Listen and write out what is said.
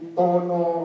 tono